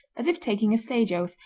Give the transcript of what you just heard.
as if taking a stage oath,